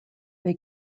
they